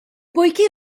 poiché